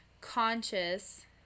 conscious